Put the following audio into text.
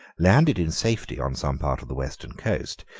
landed in safety on some part of the western coast,